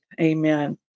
Amen